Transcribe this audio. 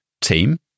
team